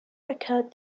echoed